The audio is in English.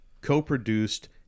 co-produced